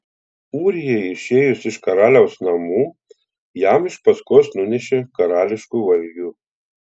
ūrijai išėjus iš karaliaus namų jam iš paskos nunešė karališkų valgių